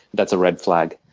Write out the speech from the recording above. that's a red flag.